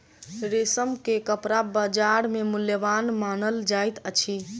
रेशम के कपड़ा बजार में मूल्यवान मानल जाइत अछि